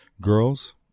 Girls